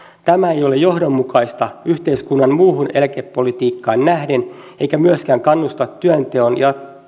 tämä ei ole johdonmukaista yhteiskunnan muuhun eläkepolitiikkaan nähden eikä myöskään kannusta työnteon